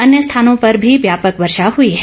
अन्य स्थानों पर भी व्यापक वर्षा हुई है